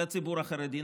לציבור החרדי.